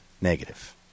Negative